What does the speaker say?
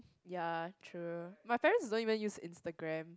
ya true my parents don't even use instagram